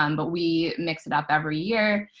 um but we mix it up every year.